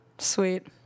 Sweet